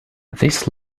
this